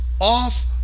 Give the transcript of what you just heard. off